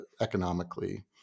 economically